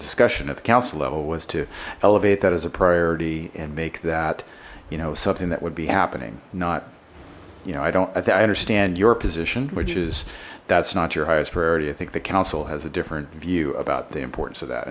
discussion at the council level was to elevate that as a priority and make that you know something that would be happening not you know i don't say i understand your position which is that's not your highest priority i think the council has a different view about the importance of that